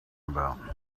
about